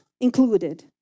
included